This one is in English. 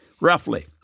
Roughly